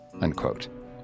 unquote